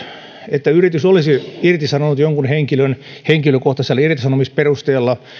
että yritys olisi irtisanonut jonkun henkilön henkilökohtaisella irtisanomisperusteella